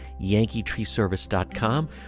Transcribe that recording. yankeetreeservice.com